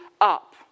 up